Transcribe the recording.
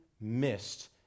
missed